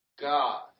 God